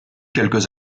quelques